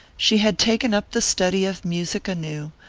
she had taken up the study of music anew,